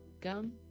Gum